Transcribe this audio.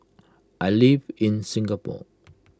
I live in Singapore